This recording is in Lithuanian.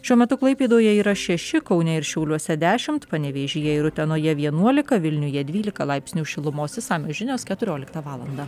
šiuo metu klaipėdoje yra šeši kaune ir šiauliuose dešimt panevėžyje ir utenoje vienuolika vilniuje dvylika laipsnių šilumos išsamios žinios keturioliktą valandą